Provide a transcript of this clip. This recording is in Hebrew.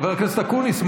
אבל חבר הכנסת אקוניס,